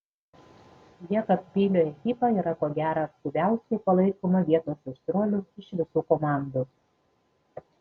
jekabpilio ekipa yra ko gero aktyviausiai palaikoma vietos aistruolių iš visų komandų